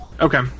Okay